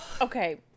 Okay